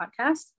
podcast